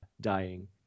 dying